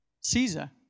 Caesar